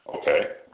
Okay